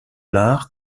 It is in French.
l’art